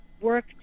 work